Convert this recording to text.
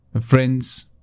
Friends